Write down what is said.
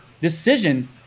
decision